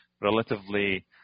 relatively